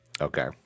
Okay